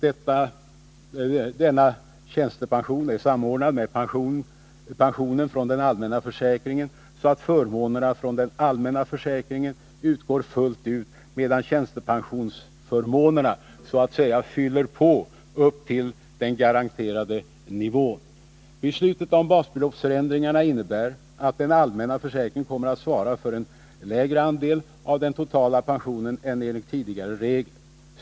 Denna tjänstepension är samordnad med pensionen från den allmänna försäkringen så att förmånerna från den allmänna försäkringen utgår fullt ut, medan tjänstepensionsförmånerna ”fyller på” upp till den garanterade nivån. Beslutet om basbeloppsförändringarna innebär att den allmänna försäkringen kommer att svara för en mindre andel av den totala pensionen än enligt tidigare regler.